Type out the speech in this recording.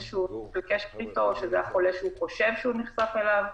שהוא --- או שזה החולה שהוא חושב שהוא נחשף אליו.